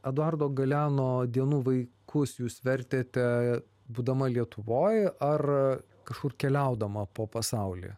eduardo galeano dienų vaikus jūs vertėte būdama lietuvoj ar kažkur keliaudama po pasaulį